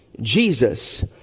Jesus